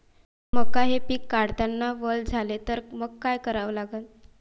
मका हे पिक काढतांना वल झाले तर मंग काय करावं लागन?